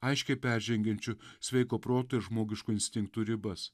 aiškiai peržengiančiu sveiko proto ir žmogiškų instinktų ribas